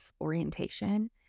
orientation